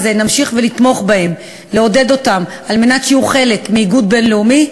נמשיך לתמוך בהם ולעודד אותם כדי שיהיו חלק מאיגוד בין-לאומי.